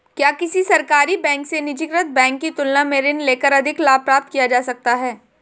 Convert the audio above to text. क्या किसी सरकारी बैंक से निजीकृत बैंक की तुलना में ऋण लेकर अधिक लाभ प्राप्त किया जा सकता है?